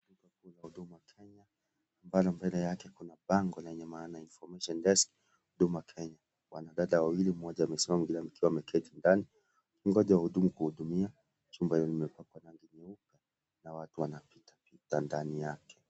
Huduma Kenya ambalo mbele yake kuna bango lenye maneno Information Desk Huduma Kenya . Wanadada wawili mmoja amesimama mwingine akiwa ameketi ndani, kungoja wahudumu kuwahudumia. Chumba limepakwa rangi nyeupe na watu wanapitapita ndani yake.